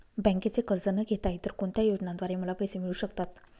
बँकेचे कर्ज न घेता इतर कोणत्या योजनांद्वारे मला पैसे मिळू शकतात?